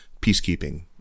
peacekeeping